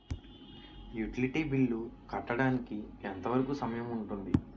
Utility bill కట్టడానికి ఎంత వరుకు సమయం ఉంటుంది?